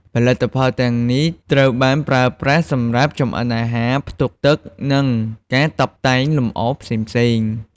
ផលិតផលទាំងនេះត្រូវបានប្រើប្រាស់សម្រាប់ចម្អិនអាហារ ផ្ទុកទឹក និងការតុបតែងលម្អផ្សេងៗ។